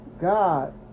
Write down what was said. God